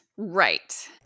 right